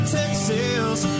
Texas